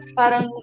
parang